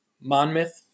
Monmouth